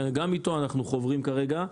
שגם איתו אנחנו חוברים כרגע.